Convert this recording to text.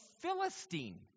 Philistine